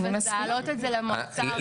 אז לעלות את זה למועצה הארצית לא יעזור.